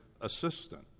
assistant